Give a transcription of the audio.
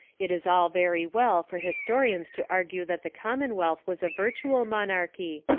it is all very well for historians to argue that the commonwealth was a virtual monarchy,